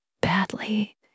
badly